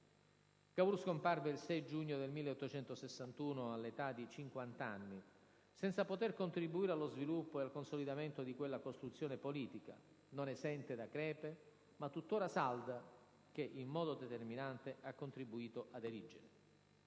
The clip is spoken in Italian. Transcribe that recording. Cavour scomparve il 6 giugno 1861, all'età di cinquant'anni, senza poter contribuire allo sviluppo e al consolidamento di quella costruzione politica, non esente da crepe ma tuttora salda, che in modo determinante ha contribuito ad erigere.